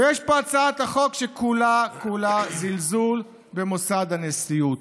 ויש פה את הצעת החוק שכולה כולה זלזול במוסד הנשיאות,